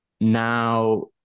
Now